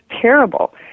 terrible